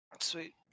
Sweet